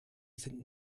sind